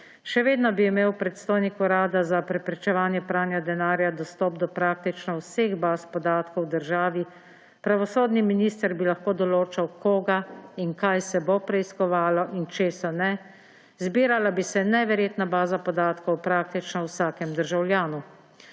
Še vedno bi imel predstojnik Urada za preprečevanje pranja denarja dostop do praktično vseh baz podatkov v državi, pravosodni minister bi lahko določal, koga in kaj se bo preiskovalo in česa ne, zbirala bi se neverjetna baza podatkov praktično o vsakem državljanu.